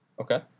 Okay